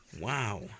Wow